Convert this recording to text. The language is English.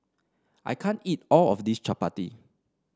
I can't eat all of this Chapati